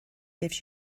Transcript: gives